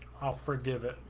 ah forgiven.